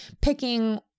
picking